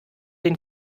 den